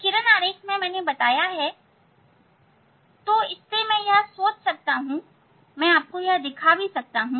किरण आरेख मैंने बनाया है तो इससे मैं यह सोच सकता हूं मैं आपको यह दिखा सकता हूं